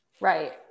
Right